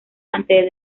antes